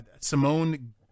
Simone